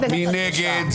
מי נגד?